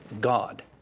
God